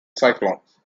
cyclones